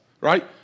right